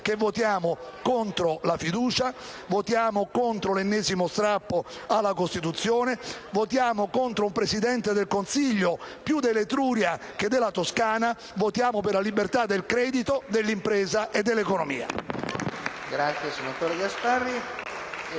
che voteremo contro la fiducia, voteremo contro l'ennesimo strappo alla Costituzione, voteremo contro un Presidente del Consiglio più dell'Etruria che della Toscana, voteremo per la libertà del credito, dell'impresa e dell'economia.